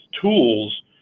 tools